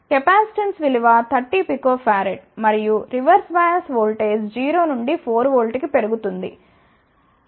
capacitance విలువ 30 pF మరియు reverse bias voltage 0 నుండి 4 వోల్ట్ వరకు పెరుగుతుంది